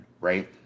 right